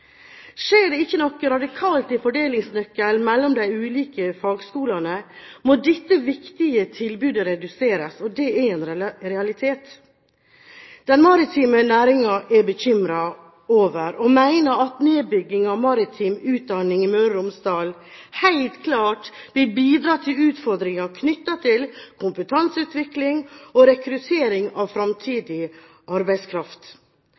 Skjer det ikke noe radikalt i fordelingsnøkkelen mellom de ulike fagskolene, må dette viktige tilbudet reduseres – det er en realitet. Den maritime næringen er bekymret over, og mener, at nedbygging av maritim utdanning i Møre og Romsdal helt klart vil bidra til utfordringer knyttet til kompetanseutvikling og rekruttering av fremtidig arbeidskraft.